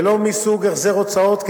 ולא מסוג החזר הוצאות,